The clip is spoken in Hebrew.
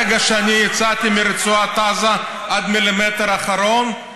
ברגע שאני יצאתי מרצועת עזה עד המילימטר האחרון,